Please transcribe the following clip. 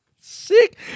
Sick